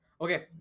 okay